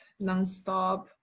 nonstop